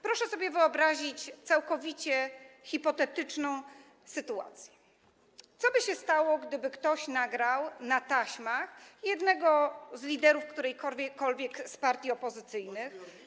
Proszę sobie wyobrazić całkowicie hipotetyczną sytuację: Co by się stało, gdyby ktoś nagrał na taśmach jednego z liderów którejkolwiek z partii opozycyjnych.